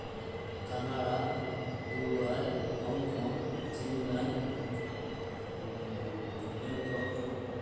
Canada Dubai Hong Kong Chennai Bangkok